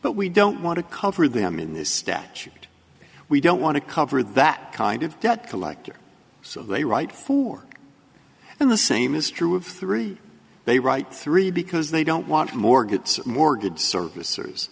but we don't want to cover them in this statute we don't want to cover that kind of debt collector so they write for and the same is true of three they write three because they don't want more gets more good service